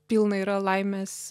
pilna yra laimės